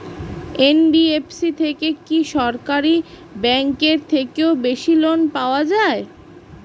NBFC থেকে কি সরকারি ব্যাংক এর থেকেও বেশি লোন পাওয়া যায়?